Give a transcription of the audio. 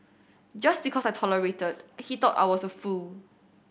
just because I tolerated he thought I was a fool